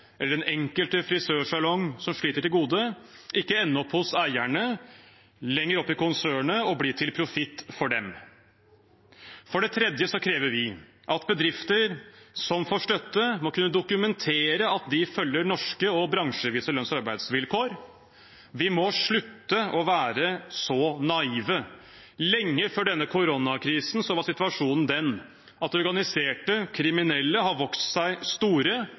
eller den enkelte frisørsalong, som sliter, til gode – ikke ende opp hos eierne lenger opp i konsernet og bli til profitt for dem. For det tredje krever vi at bedrifter som får støtte, må kunne dokumentere at de følger norske og bransjevise lønns- og arbeidsvilkår. Vi må slutte å være så naive. Lenge før denne koronakrisen var situasjonen den at de organiserte kriminelle har vokst seg store